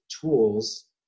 tools